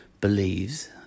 believes